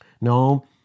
No